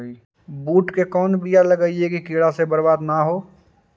बुंट के कौन बियाह लगइयै कि कीड़ा से बरबाद न हो?